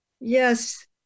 yes